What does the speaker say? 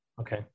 Okay